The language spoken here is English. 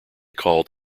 called